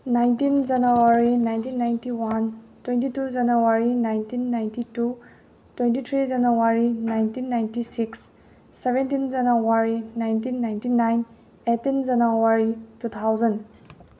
nineteen January nineteen ninety one twenty two January nineteen ninety two twenty three January nineteen ninety six seventeen January nineteen ninety nine eighteen January two thousand